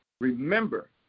Remember